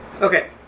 Okay